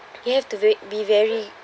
you have to ve~ be very